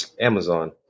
Amazon